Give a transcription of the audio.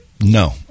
no